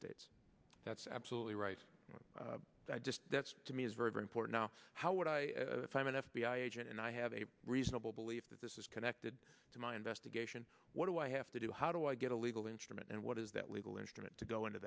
states that's absolutely right that's to me is very very important now how would i if i'm an f b i agent and i have a reasonable belief that this is connected to my investigation what do i have to do how do i get a legal instrument and what is that legal instrument to go into